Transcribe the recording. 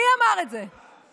מי אמר את זה?